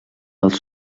els